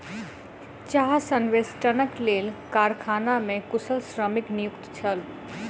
चाह संवेष्टनक लेल कारखाना मे कुशल श्रमिक नियुक्त छल